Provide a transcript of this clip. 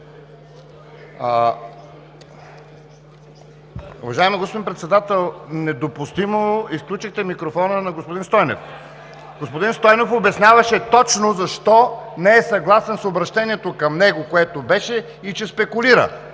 Уважаеми господин Председател, недопустимо изключихте микрофона на господин Стойнев! Господин Стойнев точно защо обясняваше не е съгласен с обръщението към него, което беше, и че спекулира.